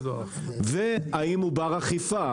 והאם הוא בר אכיפה,